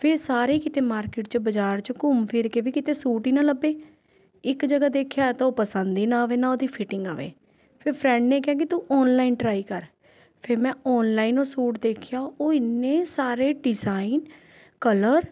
ਫੇਰ ਸਾਰੇ ਕਿਤੇ ਮਾਰਕਿਟ 'ਚ ਬਾਜ਼ਾਰ 'ਚ ਵੀ ਘੁੰਮ ਫਿਰ ਕੇ ਵੀ ਕਿਤੇ ਸੂਟ ਕਿਤੇ ਸੂਟ ਹੀ ਨਾ ਲੱਭੇ ਇੱਕ ਜਗ੍ਹਾ ਦੇਖਿਆ ਤਾਂ ਉਹ ਪਸੰਦ ਹੀ ਨਾ ਆਵੇ ਨਾ ਉਹਦੀ ਫੀਟਿੰਗ ਆਵੇ ਫੇਰ ਫਰੈਂਡ ਨੇ ਕਿਹਾ ਕਿ ਤੂੰ ਆਨਲਾਈਨ ਟਰਾਈ ਕਰ ਫੇਰ ਮੈਂ ਆਨਲਾਈਨ ਉਹ ਸੂਟ ਦੇਖਿਆ ਉਹ ਇੰਨੇ ਸਾਰੇ ਡਿਜ਼ਾਈਨ ਕਲਰ